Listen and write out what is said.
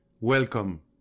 welcome